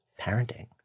parenting